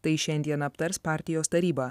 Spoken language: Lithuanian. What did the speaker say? tai šiandien aptars partijos taryba